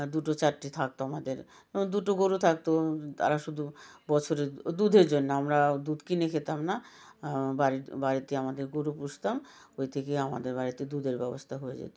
দুটো চারটে থাকত আমাদের দুটো গরু থাকত তারা শুধু বছরে দুধের জন্য আমরা দুধ কিনে খেতাম না বাড়িতে আমাদের গরু পুষতাম ওই থেকেই আমাদের বাড়িতে দুধের ব্যবস্থা হয়ে যেত